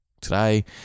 today